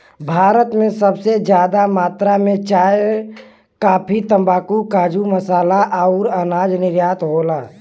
भारत से सबसे जादा मात्रा मे चाय, काफी, तम्बाकू, काजू, मसाला अउर अनाज निर्यात होला